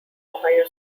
ohio